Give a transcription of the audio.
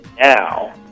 now